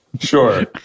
Sure